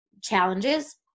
challenges